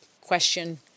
question